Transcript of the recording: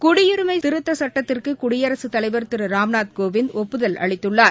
குடியரிமை திருத்த சுட்டத்திற்கு குடியரசுத் தலைவர் திரு ராம்நாத் கோவிந்த் ஒப்புதல் அளித்துள்ளார்